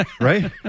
right